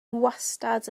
wastad